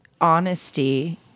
honesty